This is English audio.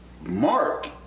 mark